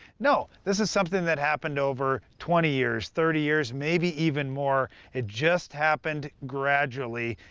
no! this is something that happened over twenty years, thirty years, maybe even more it just happened gradually,